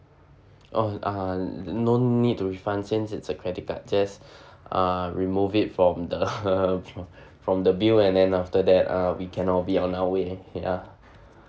oh uh no need to refund since it's a credit card just uh remove it from the from the bill and then after that uh we can all be on our way ya